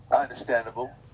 Understandable